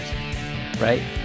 right